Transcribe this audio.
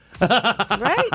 Right